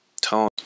tone